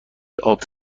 آبی